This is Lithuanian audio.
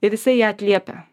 ir jisai ją atliepia